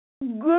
Good